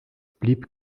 blieb